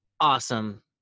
awesome